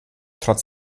trotz